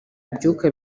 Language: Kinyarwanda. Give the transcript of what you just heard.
ibyuka